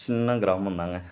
சின்ன கிராமம்தாங்க